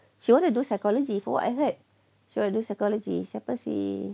she wanna do psychology from what I heard she wanna do psychology siapa si